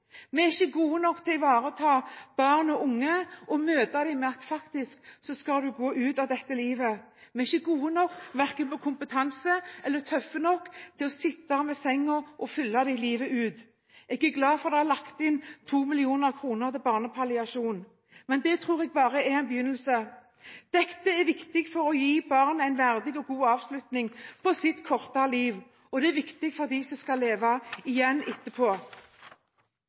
å ivareta barn og unge og møte dem med at du faktisk skal gå ut av dette livet. Vi er ikke gode nok på kompetanse eller tøffe nok til å sitte ved sengen og følge dem livet ut. Jeg er glad for at det er lagt inn 2 mill. kr til barnepalliasjon, men det tror jeg bare er en begynnelse. Dette er viktig for å gi barn en verdig og god avslutning på deres korte liv, og det er viktig for dem som skal leve videre etterpå.